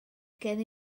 gen